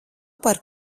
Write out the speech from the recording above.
par